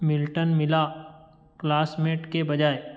Milton मिला classmate के बजाय